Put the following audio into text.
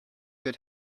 good